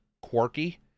quirky